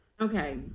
Okay